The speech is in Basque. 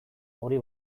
hori